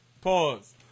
Pause